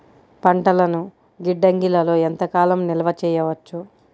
పంటలను గిడ్డంగిలలో ఎంత కాలం నిలవ చెయ్యవచ్చు?